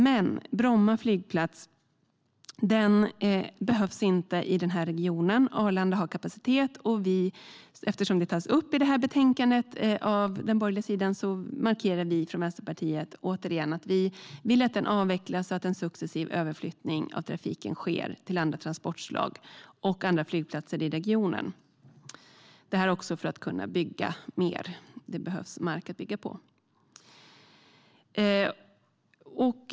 Men Bromma flygplats behövs inte i den här regionen. Arlanda har kapacitet. Eftersom det tas upp i utlåtandet från den borgerliga sidan markerar vi från Vänsterpartiet återigen att vi vill att Bromma flygplats avvecklas och att en successiv överflyttning av trafiken sker till andra transportslag och andra flygplatser i regionen - detta också för att kunna bygga mer. Det behövs mark att bygga på.